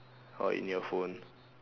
oh in your phone